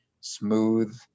smooth